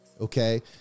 Okay